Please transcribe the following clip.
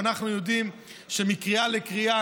אנחנו יודעים שמקריאה לקריאה,